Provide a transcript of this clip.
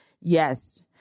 yes